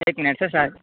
ایک منٹ سر